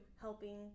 helping